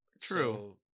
true